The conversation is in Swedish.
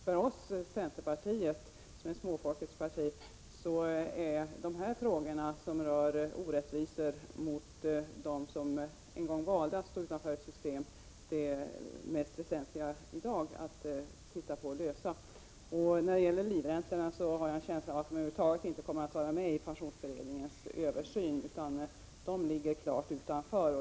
För oss i centerpartiet, som är småfolkets parti, är frågorna som rör orättvisor mot dem som en gång valde att stå utanför ett system de mest väsentliga att se över och lösa i dag. När det gäller livräntorna har jag en känsla av att de över huvud taget inte kommer att vara med vid pensionsberedningens översyn, utan de ligger klart utanför.